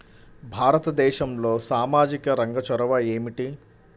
భారతదేశంలో సామాజిక రంగ చొరవ ఏమిటి?